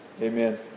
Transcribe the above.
Amen